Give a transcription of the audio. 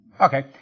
Okay